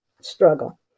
struggle